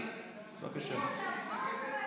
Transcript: לא,